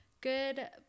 Good